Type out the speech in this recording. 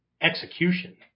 execution